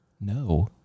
no